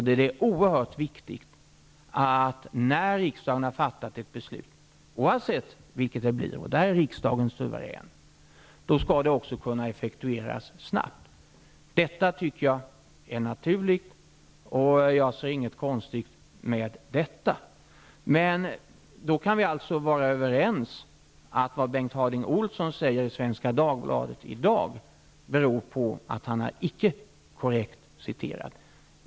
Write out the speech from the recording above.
Det är oerhört viktigt att ett beslut, när riksdagen har fattat det, oavsett vilket det blir -- där är riksdagen suverän -- skall kunna effektueras snabbt. Detta är naturligt, och jag ser inget konstigt med det. Då kan vi alltså vara överens om, att vad det i dag står i Svenska Dagbladet att Bengt Harding Olson säger icke är korrekt citerat.